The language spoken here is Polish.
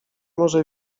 może